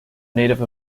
native